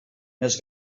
més